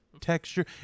texture